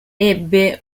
ebbe